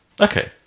Okay